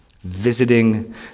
visiting